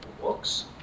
books